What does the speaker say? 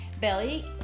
belly